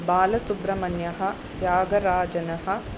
बालसुब्रह्मण्यः त्यागराजनः